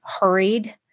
hurried